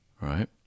Right